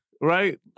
right